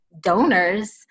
donors